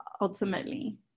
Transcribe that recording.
ultimately